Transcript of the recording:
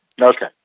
Okay